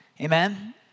Amen